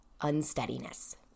unsteadiness